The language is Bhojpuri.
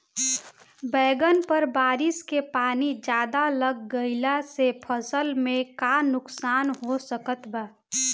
बैंगन पर बारिश के पानी ज्यादा लग गईला से फसल में का नुकसान हो सकत बा?